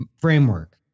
framework